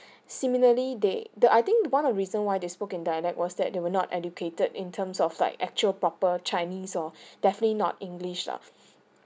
similarly they the I think one of the reason why they spoken dialect was that they were not educated in terms of like actual proper chinese or definitely not english lah